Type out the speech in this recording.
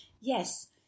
yes